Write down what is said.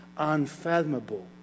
unfathomable